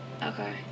okay